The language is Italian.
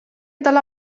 dalla